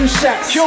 shots